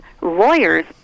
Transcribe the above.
lawyers